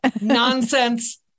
Nonsense